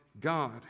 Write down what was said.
God